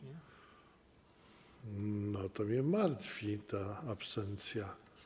No to mnie martwi ta absencja.